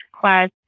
class